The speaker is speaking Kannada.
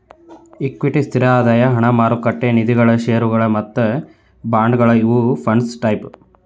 ಇಕ್ವಿಟಿ ಸ್ಥಿರ ಆದಾಯ ಹಣ ಮಾರುಕಟ್ಟೆ ನಿಧಿಗಳ ಷೇರುಗಳ ಮತ್ತ ಬಾಂಡ್ಗಳ ಇವು ಫಂಡ್ಸ್ ಟೈಪ್ಸ್